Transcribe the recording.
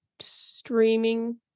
streaming